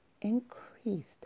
increased